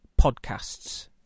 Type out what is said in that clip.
podcasts